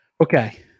Okay